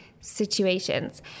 situations